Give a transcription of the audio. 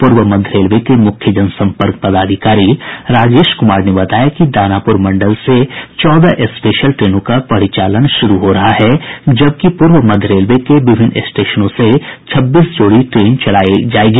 पूर्व मध्य रेलवे के मुख्य जनसंपर्क अधिकारी राजेश कुमार ने बताया कि दानापुर मंडल से चौदह स्पेशल ट्रेनों का परिचालन शुरू हो रहा है जबकि पूर्व मध्य रेलवे के विभिन्न स्टेशनों से छब्बीस जोड़ी ट्रेन चलेगी